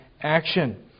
action